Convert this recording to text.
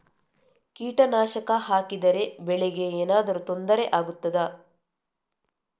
ಕೀಟನಾಶಕ ಹಾಕಿದರೆ ಬೆಳೆಗೆ ಏನಾದರೂ ತೊಂದರೆ ಆಗುತ್ತದಾ?